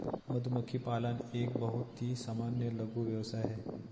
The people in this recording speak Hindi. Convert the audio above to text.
मधुमक्खी पालन एक बहुत ही सामान्य लघु व्यवसाय है